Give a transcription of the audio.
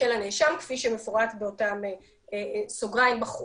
הנאשם בסוגריים בחוק.